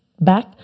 back